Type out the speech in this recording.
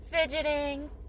fidgeting